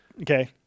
Okay